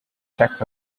czech